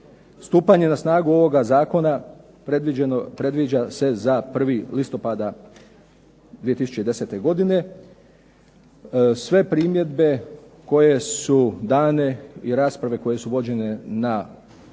Stupanje na snagu ovoga zakona predviđa se za 1. listopada 2010. godine. Sve primjedbe koje su dane i rasprave koje su vođene na